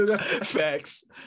Facts